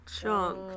chunk